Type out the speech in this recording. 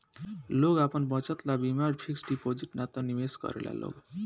लोग आपन बचत ला बीमा फिक्स डिपाजिट ना त निवेश करेला लोग